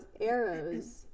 arrows